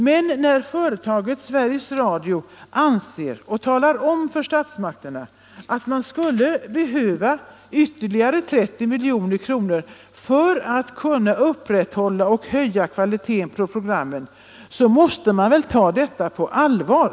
Men när företaget Sveriges Radio anser —- och talar om det för statsmakterna — att man skulle behöva ytterligare 30 milj.kr. för att kunna upprätthålla eller höja kvaliteten på programmen, så måste väl detta tas på allvar!